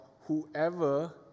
whoever